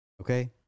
Okay